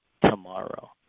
tomorrow